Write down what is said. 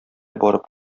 барып